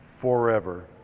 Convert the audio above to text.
forever